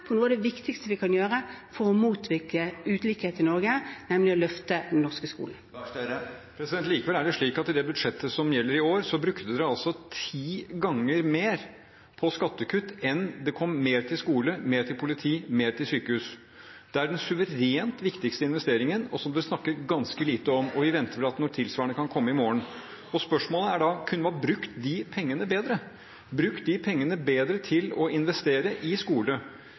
for noe av det viktigste vi kan gjøre for å motvirke ulikhet i Norge, nemlig å løfte norsk skole. Likevel er det slik at i det budsjettet som gjelder for i år, brukte dere ti ganger mer på skattekutt enn det kom mer til skole, politi og sykehus. Det er den suverent viktigste investeringen, og den det snakkes ganske lite om. Vi venter at noe tilsvarende kan komme i morgen. Spørsmålet er da: Kunne man brukt de pengene bedre, brukt de pengene bedre til å investere i skole,